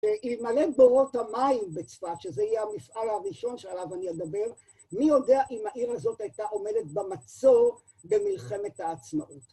‫להימלא בורות המים בצפת, ‫שזה יהיה המפעל הראשון שעליו אני אדבר, ‫מי יודע אם העיר הזאת הייתה עומדת ‫במצור במלחמת העצמאות.